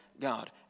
God